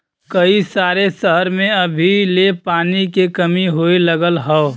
कई सारे सहर में अभी ले पानी के कमी होए लगल हौ